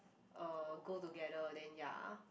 uh go together then ya